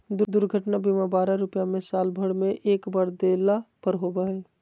दुर्घटना बीमा बारह रुपया में साल भर में एक बार देला पर होबो हइ